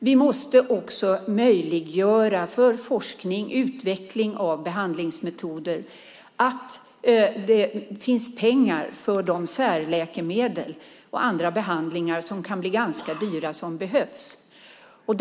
Vi måste också möjliggöra för forskning och utveckling av behandlingsmetoder. Det måste finnas pengar för de särläkemedel och andra behandlingar som behövs och som kan bli ganska dyra.